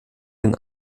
den